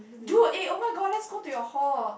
dude eh oh-my-god let's go to your hall